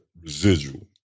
residual